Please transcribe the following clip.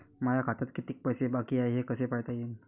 माया खात्यात कितीक पैसे बाकी हाय हे कस पायता येईन?